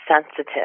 sensitive